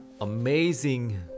amazing